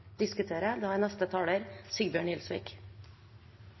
diskuterer. Da er